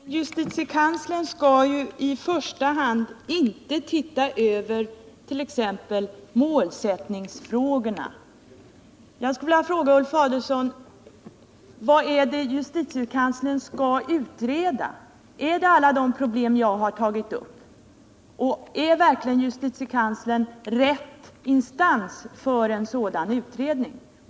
Herr talman! Ja men, justitiekanslern skall ju i första hand inte titta över t.ex. målsättningsfrågor. Jag skulle vilja fråga Ulf Adelsohn: Vad är det JK skall utreda? Är det alla de problem jag har tagit upp? Och är verkligen JK rätt instans för en sådan utredning?